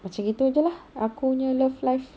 macam gitu jer lah aku punya love life